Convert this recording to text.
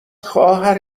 خواهر